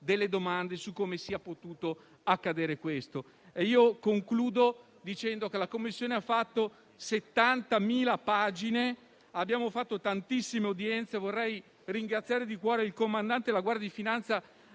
delle domande su come sia potuto accadere questo. Concludo ricordando che la Commissione ha accumulato 70.000 pagine. Abbiamo fatto tantissime audizioni. Vorrei ringraziare di cuore il comandante della Guardia di finanza